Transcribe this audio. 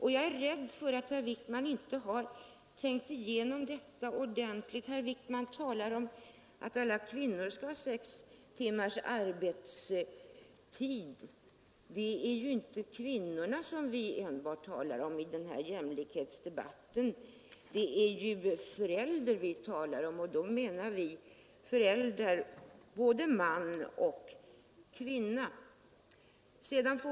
— Jag är rädd för att herr Wijkman inte har trängt igenom detta ordentligt. Herr Wijkman talar om att alla kvinnor skall ha sex timmars arbetstid. Det är ju inte enbart kvinnorna som vi talar om i den här jämlikhetsdebatten; det är ju föräldrar vi talar om, och då menar vi både man och kvinna.